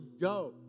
go